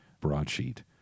broadsheet